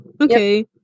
Okay